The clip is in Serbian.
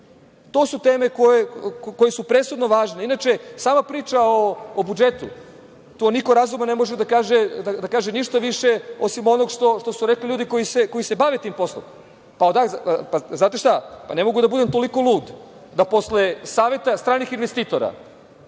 To su teme koje su presudno važne. Inače, sama priča o budžetu, to niko razuman ne može da kaže ništa više osim onog što su rekli ljudi koji se bave tim poslom. Znate šta, ne mogu da budem toliko lud da posle saveta stranih investitora,